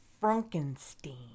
Frankenstein